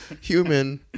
human